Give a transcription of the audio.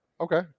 Okay